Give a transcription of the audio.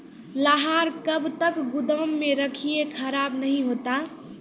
लहार कब तक गुदाम मे रखिए खराब नहीं होता?